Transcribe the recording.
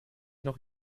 noch